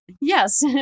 Yes